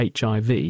HIV